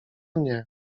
nie